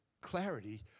clarity